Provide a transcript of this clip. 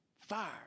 Fire